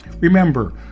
Remember